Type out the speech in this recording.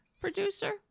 producer